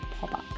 pop-up